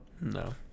no